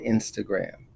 Instagram